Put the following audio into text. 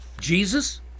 Jesus